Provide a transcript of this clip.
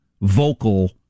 vocal